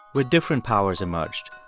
with different powers emerged,